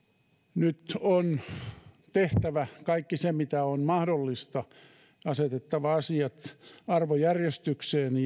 nyt on tehtävä kaikki se mitä on mahdollista asetettava asiat arvojärjestykseen